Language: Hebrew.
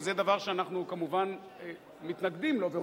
וזה דבר שאנחנו כמובן מתנגדים לו.